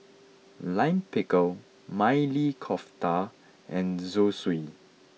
Lime Pickle Maili Kofta and Zosui